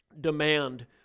demand